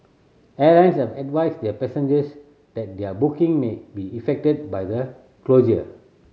airlines have advised their passengers that their booking may be effected by the closure